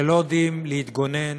שלא יודעים להתגונן